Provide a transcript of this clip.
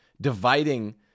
dividing